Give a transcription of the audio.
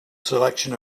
selection